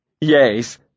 Yes